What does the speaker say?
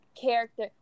character